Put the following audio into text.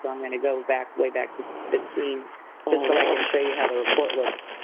but i'm gonna go back, way back to fifteen just so i can show you how the report looks.